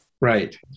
Right